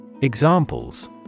Examples